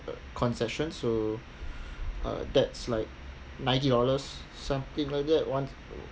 the concession so uh that's like nineteen dollars something like that one